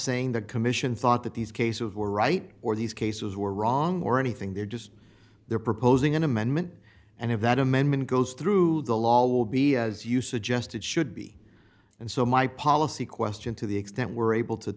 saying the commission thought that these cases were right or these cases were wrong or anything they're just they're proposing an amendment and if that amendment goes through the law will be as you suggest it should be and so my policy question to the extent we're able to